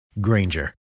Granger